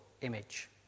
image